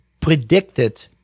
predicted